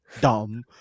Dumb